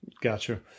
Gotcha